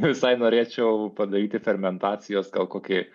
visai norėčiau padaryti fermentacijos gal kokį